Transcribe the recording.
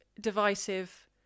divisive